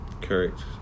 correct